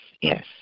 yes